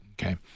Okay